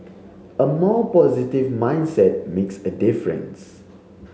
a more positive mindset makes a difference